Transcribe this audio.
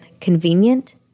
convenient